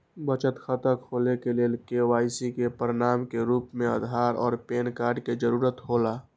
बचत खाता खोले के लेल के.वाइ.सी के प्रमाण के रूप में आधार और पैन कार्ड के जरूरत हौला